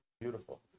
Beautiful